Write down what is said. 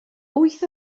wyth